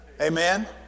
Amen